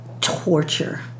torture